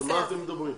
על מה אתם מדברים?